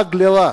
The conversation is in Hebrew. לעג לרש.